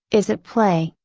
is at play,